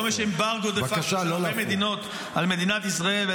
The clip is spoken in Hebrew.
היום יש אמברגו דה פקטו של הרבה מדינות על מדינת ישראל.